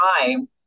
time